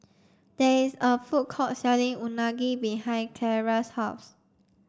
there is a food court selling Unagi behind Clara's house